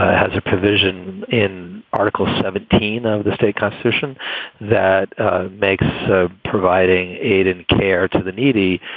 has a provision in article seventeen of the state constitution that ah makes ah providing aid and care to the needy,